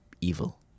evil